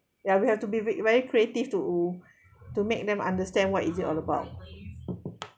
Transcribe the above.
ya we have to be ve~ very creative to to make them understand what is it all about